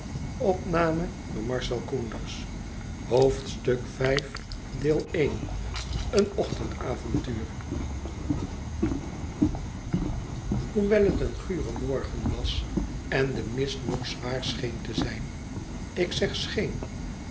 een ochtendavontutjr hoewel het een gure morgen was en de mist nog zwaar scheen te zijn ik zeg